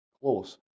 close